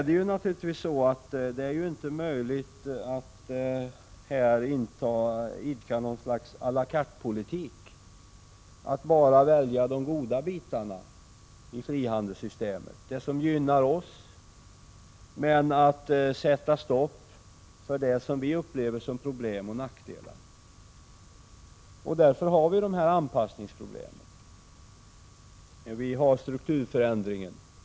Det är naturligtvis inte möjligt att idka något slags å la carte-politik, att bara välja de goda bitarna i frihandelssystemet, det som gynnar oss, men sätta stopp för det som vi upplever som problem och nackdelar. Därför har vi vissa anpassningssvårigheter, exempelvis strukturförändringen.